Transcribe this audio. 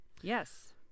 Yes